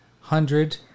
hundred